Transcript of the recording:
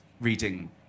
reading